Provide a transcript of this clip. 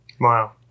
Wow